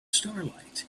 starlight